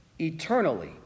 eternally